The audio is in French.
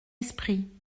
esprit